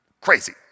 crazy